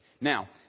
Now